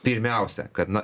pirmiausia kad na